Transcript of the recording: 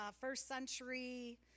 first-century